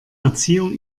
erziehung